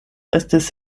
estis